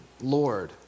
lord